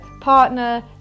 partner